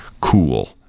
cool